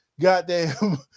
Goddamn